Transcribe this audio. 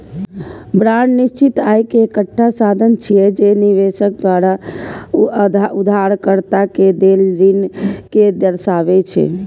bond निश्चित आय के एकटा साधन छियै, जे निवेशक द्वारा उधारकर्ता कें देल ऋण कें दर्शाबै छै